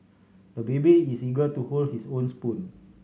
the baby is eager to hold his own spoon